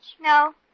No